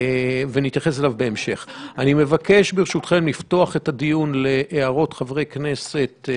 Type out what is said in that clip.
אני מבקש לפתוח את הדיון להערות חברי הכנסת.